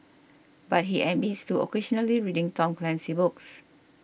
but he admits to occasionally reading Tom Clancy books